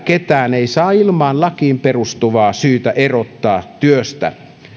ketään ei saa ilman lakiin perustuvaa syytä erottaa työstä